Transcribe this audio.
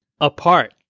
apart